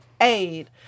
aid